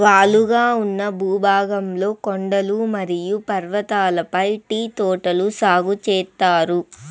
వాలుగా ఉన్న భూభాగంలో కొండలు మరియు పర్వతాలపై టీ తోటలు సాగు చేత్తారు